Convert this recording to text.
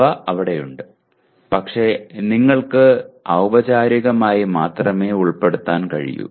അവ അവിടെയുണ്ട് പക്ഷേ നിങ്ങൾക്ക് ഔപചാരികമായി മാത്രമേ ഉൾപ്പെടുത്താൻ കഴിയൂ